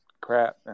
crap